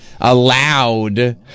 allowed